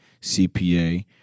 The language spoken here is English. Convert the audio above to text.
CPA